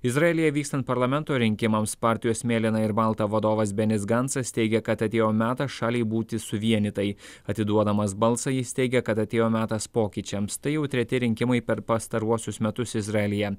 izraelyje vykstant parlamento rinkimams partijos mėlyna ir balta vadovas benis gancas teigia kad atėjo metas šaliai būti suvienytai atiduodamas balsą jis teigia kad atėjo metas pokyčiams tai jau treti rinkimai per pastaruosius metus izraelyje